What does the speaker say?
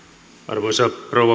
arvoisa